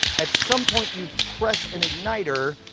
at some point you press an igniter,